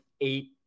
eight